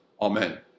Amen